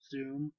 Zoom